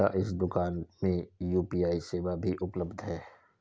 क्या इस दूकान में यू.पी.आई सेवा भी उपलब्ध है?